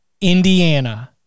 Indiana